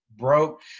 Broke